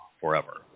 forever